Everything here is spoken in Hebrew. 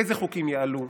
איזה חוקים יעלו,